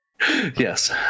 Yes